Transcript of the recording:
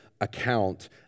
account